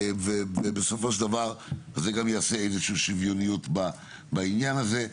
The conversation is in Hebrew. ובסופו של דבר זה גם יעשה איזשהו שוויוניות בעניין הזה.